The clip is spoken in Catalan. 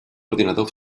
ordinador